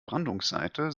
brandungsseite